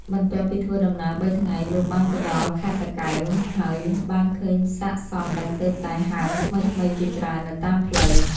បន្ទាប់ពីធ្វើដំណើរ ៣ ថ្ងៃ លោកបានទៅដល់ខេត្តតាកែវ ហើយបានឃើញសាកសពដែលទើបតែហើមថ្មីៗជាច្រើននៅតាមផ្លូវ។